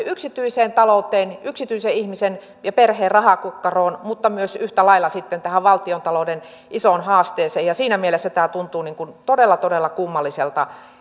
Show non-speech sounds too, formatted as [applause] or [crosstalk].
[unintelligible] yksityiseen ta louteen yksityisen ihmisen ja perheen rahakukkaroon mutta yhtä lailla myös tähän valtiontalouden isoon haasteeseen tämä tuntuu todella todella kummalliselta [unintelligible]